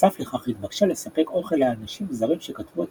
בנוסף לכך היא התבקשה לספק אוכל לאנשים זרים שכתבו את